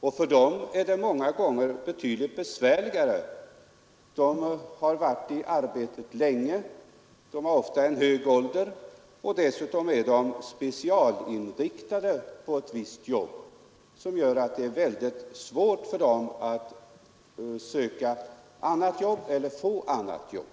Och för dem är det många gånger betydligt besvärligare: de har varit i arbetet länge, de är ofta i hög ålder och de är dessutom specialinriktade på ett visst jobb, vilket gör att det är väldigt svårt för dem att få liknande arbete på annat håll.